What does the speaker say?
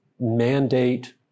mandate